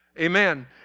Amen